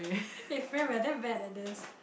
eh friend we are damn bad at this